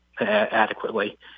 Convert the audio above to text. adequately